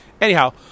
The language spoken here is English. Anyhow